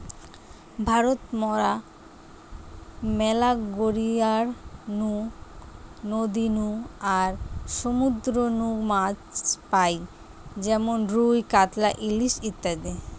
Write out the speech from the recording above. ভারত মরা ম্যালা গড়িয়ার নু, নদী নু আর সমুদ্র নু মাছ পাই যেমন রুই, কাতলা, ইলিশ ইত্যাদি